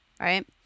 Right